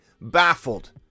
baffled